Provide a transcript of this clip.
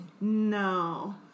No